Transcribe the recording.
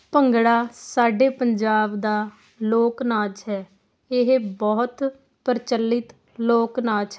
ਭੰਗੜਾ ਸਾਡੇ ਪੰਜਾਬ ਦਾ ਲੋਕ ਨਾਚ ਹੈ ਇਹ ਬਹੁਤ ਪ੍ਰਚਲਿਤ ਲੋਕ ਨਾਚ ਹੈ